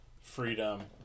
freedom